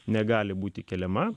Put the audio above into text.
negali būti keliama